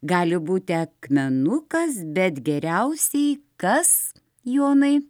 gali būti akmenukas bet geriausiai kas jonai